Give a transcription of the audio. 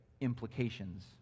implications